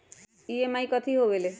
EMI कथी होवेले?